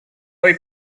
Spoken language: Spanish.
hoy